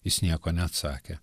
jis nieko neatsakė